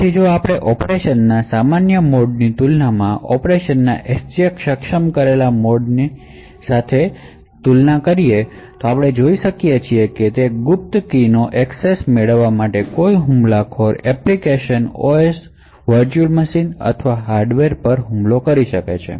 હવે જો તમે ઓપરેશનના સામાન્ય મોડની તુલનામાં ઑપરેશનના SGX સક્ષમ કરેલ મોડની તુલના કરો તો આપણે જોઈ શકીએ કે તે સીક્રેટકીની એક્સેસ મેળવવા માટે કોઈ હુમલાખોર એપ્લિકેશન OS વર્ચ્યુઅલ મશીન અથવા હાર્ડવેર પર હુમલો કરી શકે છે